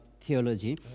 Theology